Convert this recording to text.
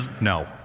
No